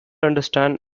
understand